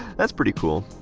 that's pretty cool.